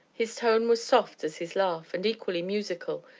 his tone was soft as his laugh and equally musical,